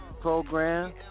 program